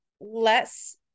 less